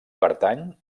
pertany